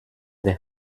der